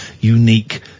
unique